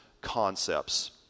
concepts